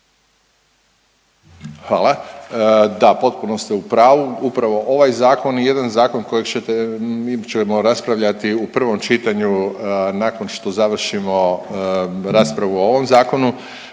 Hvala. Da, potpuno ste u pravu. Upravo ovaj zakon je jedan zakon kojeg ćete, mi ćemo raspravljati u prvom čitanju nakon što završimo raspravu o ovom zakonu.